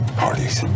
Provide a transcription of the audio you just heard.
parties